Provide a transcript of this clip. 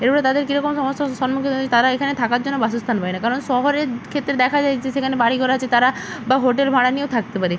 এর ফলে তাদের কীরকম সমস্যার সম্মুখীন হয় তারা এখানে থাকার জন্য বাসস্থান করে না কারণ শহরের ক্ষেত্রে দেখা যায় যে সেখানে বাড়ি ঘর আছে তারা বা হোটেল ভাড়া নিয়েও থাকতে পারে